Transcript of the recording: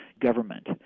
government